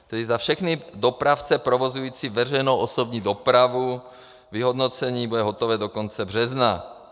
Tedy za všechny dopravce provozující veřejnou osobní dopravu vyhodnocení bude hotové do konce března.